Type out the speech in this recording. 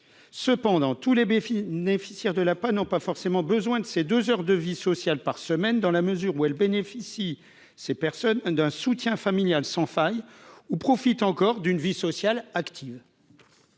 cependant tous les n'est officiel de la pas ont pas forcément besoin de ces 2 heures de vie sociale par semaine, dans la mesure où elles bénéficient ces personnes d'un soutien familial sans faille ou profite encore d'une vie sociale active.